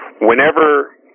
Whenever